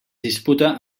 disputa